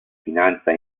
finanza